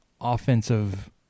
offensive